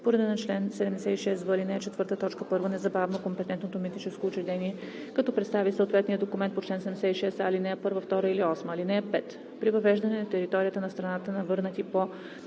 по реда на чл. 76в, ал. 4, т. 1 незабавно компетентното митническо учреждение, като представи съответния документ по чл. 76а, ал. 1, 2 или 8. (5) При въвеждане на територията на страната на върнати по